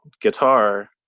guitar